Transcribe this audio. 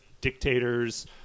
dictators